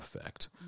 effect